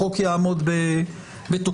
החוק יעמוד בתוקפו.